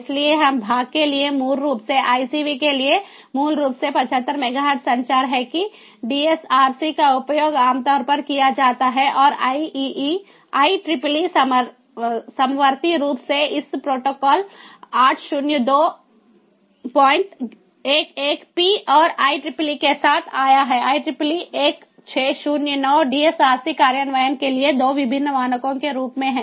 इसलिए इस भाग के लिए मूल रूप से आईसीवी के लिए मूल रूप से 75 मेगाहर्ट्ज़ संचार है कि डीएसआरसी का उपयोग आमतौर पर किया जाता है और IEEE समवर्ती रूप से इस प्रोटोकॉल 80211 पी और IEEE के साथ आया है IEEE 1609 DSRC कार्यान्वयन के लिए 2 विभिन्न मानकों के रूप में है